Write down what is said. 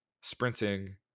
sprinting